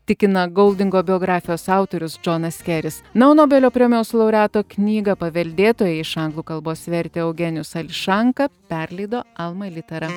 tikina goldingo biografijos autorius džonas keris na o nobelio premijos laureato knygą paveldėtojai iš anglų kalbos vertė eugenijus ališanka perleido alma littera